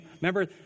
Remember